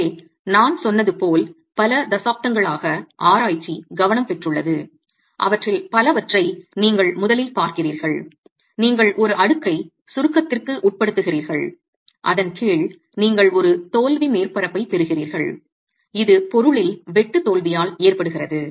எனவே நான் சொன்னது போல் பல தசாப்தங்களாக ஆராய்ச்சி கவனம் பெற்றுள்ளது அவற்றில் பலவற்றை நீங்கள் முதலில் பார்க்கிறீர்கள் நீங்கள் ஒரு அடுக்கை சுருக்கத்திற்கு உட்படுத்துகிறீர்கள் அதன் கீழ் நீங்கள் ஒரு தோல்வி மேற்பரப்பைப் பெறுகிறீர்கள் இது பொருளில் வெட்டு தோல்வியால் ஏற்படுகிறது